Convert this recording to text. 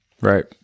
Right